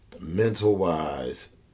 mental-wise